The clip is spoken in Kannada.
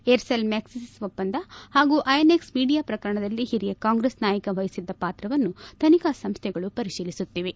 ಏರ್ಸೆಲ್ ಮ್ಯಾಕ್ಷಿಸ್ ಒಪ್ಪಂದ ಹಾಗೂ ಐನೆಕ್ಸ್ ಮಿಡಿಯಾ ಪ್ರಕರಣದಲ್ಲಿ ಹಿರಿಯ ಕಾಂಗ್ರೆಸ್ ನಾಯಕ ವಹಿಸಿದ್ದ ಪಾತ್ರವನ್ನು ತನಿಖಾ ಸಂಸ್ಟೆಗಳು ಪರಿಶೀಲಿಸುತ್ತಿವೆ